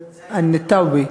ענבתאוי.